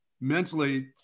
mentally